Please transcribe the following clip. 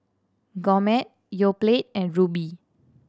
Gourmet Yoplait and Rubi